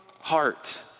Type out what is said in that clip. heart